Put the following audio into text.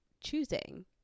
choosing